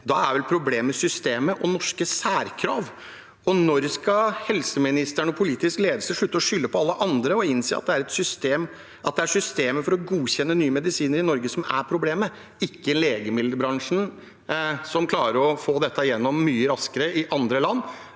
Da er vel problemet systemet og norske særkrav. Når skal helseministeren og politisk ledelse slutte å skylde på alle andre, og innse at det er systemet for å godkjenne nye medisiner i Norge som er problemet, ikke legemiddelbransjen, som klarer å få dette gjennom mye raskere i andre land?